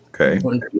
Okay